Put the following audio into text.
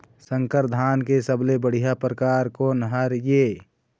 संकर धान के सबले बढ़िया परकार कोन हर ये?